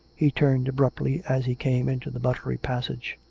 he turned abruptly as he came into the buttery passage.